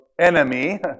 enemy